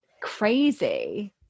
crazy